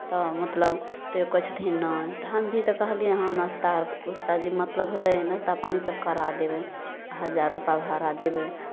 तऽ मतलब तैओ कहै छथिन नहि तऽ हम भी तऽ कहलियै हँ नाश्ता उश्ता जे मतलब होतै नाश्ता पानि सभ करा देबै हजार रुपैआ भाड़ा देबै